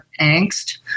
angst